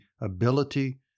ability